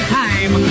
time